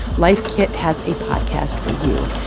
life kit has a podcast for you.